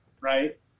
right